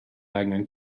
angen